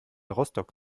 rostock